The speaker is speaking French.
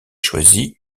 choisi